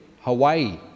Hawaii